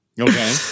Okay